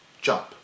jump